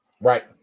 Right